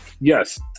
Yes